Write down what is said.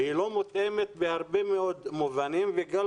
היא לא מותאמת מהרבה מאוד מובנים וגם